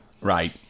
Right